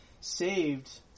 saved